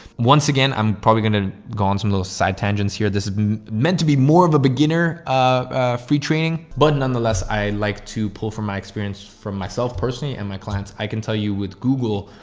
once again, i'm probably gonna go on some little side tangents here. this is meant to be more of a beginner, a free training, but nonetheless, i like to pull from my experience from myself personally and my clients. i can tell you with google,